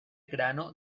grano